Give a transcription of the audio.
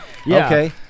Okay